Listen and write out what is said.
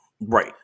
right